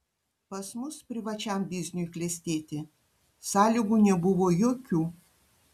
pas mus privačiam bizniui klestėti sąlygų nebuvo jokių